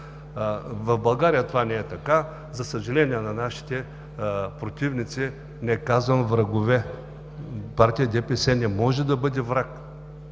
В България това не е така. За съжаление, на нашите противници – не казвам: врагове. Партия ДПС не може да бъде враг.